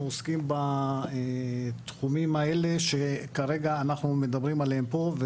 עוסקים בתחומים האלה שכרגע אנחנו מדברים עליהם פה,